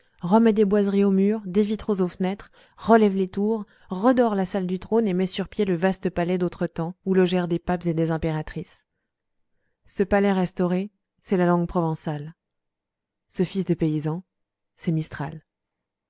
remet des boiseries aux murs des vitraux aux fenêtres relève les tours redore la salle du trône et met sur pied le vaste palais d'autre temps où logèrent des papes et des impératrices ce palais restauré c'est la langue provençale ce fils de paysan c'est mistral